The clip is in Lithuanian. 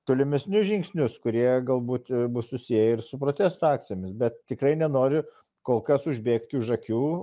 tolimesnius žingsnius kurie galbūt bus susiję ir su protesto akcijomis bet tikrai nenoriu kol kas užbėgti už akių